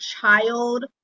child